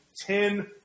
ten